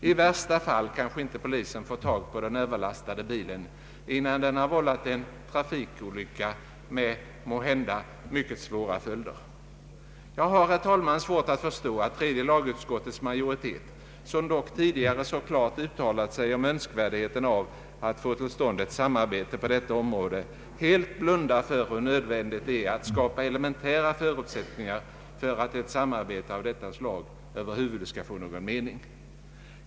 I värsta fall kanske inte polisen får tag på den överlastade bilen, innan den har vållat en trafikolycka med måhända mycket svåra följder. Jag har, herr talman, svårt att förstå att tredje lagutskottets majoritet, som dock tidigare så klart uttalat sig om önskvärdheten av att få till stånd ett samarbete på detta område, helt blundar för hur nödvändigt det är att skapa elementära förutsättningar för att ett samarbete av detta slag över huvud taget skall få någon mening.